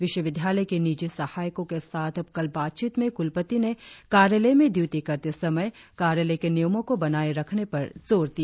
विश्वविद्यालय के निजी सहायकों के साथ कल बातचीत में कुलपति ने कार्यालय में ड्यूटी करते समय कार्यालय के नियमों को बनाये रखने पर जोर दिया